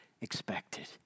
expected